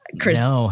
Chris